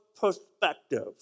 perspective